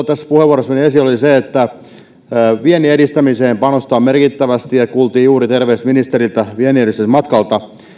tässä puheenvuorossani esiin viennin edistämiseen panostetaan merkittävästi ja kuulimme juuri terveiset ministeriltä vienninedistämismatkalta